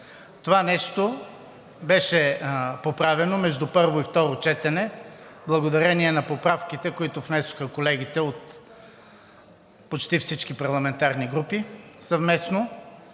Това нещо беше поправено между първо и второ четене благодарение на поправките, които внесоха колегите от почти всички парламентарни групи съвместно,